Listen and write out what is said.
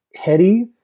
heady